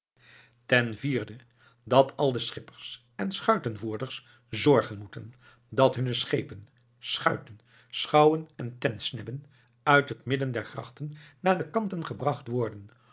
ten vierde dat al de schippers en schuitenvoerders zorgen moeten dat hunne schepen schuiten schouwen en tentsnebben uit het midden der grachten naar de kanten gebracht worden